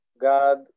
God